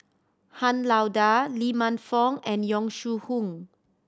Han Lao Da Lee Man Fong and Yong Shu Hoong